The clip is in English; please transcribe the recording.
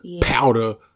powder